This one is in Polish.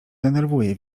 denerwuje